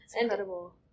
incredible